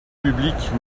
public